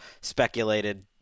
speculated